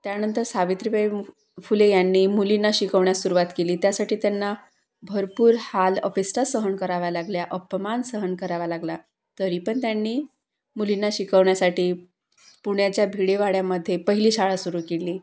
त्यांनतर सावित्रीबाई फुले ह्यांनी मुलींना शिकवण्यास सुरवात केली त्यासाठी त्यांना भरपूर हालअपेष्टा सहन कराव्या लागल्या अपमान सहन करावा लागला तरी पण त्यांनी मुलींना शिकवण्यासाठी पुण्याच्या भिडेवाड्यामध्ये पहिली शाळा सुरु केली